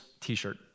t-shirt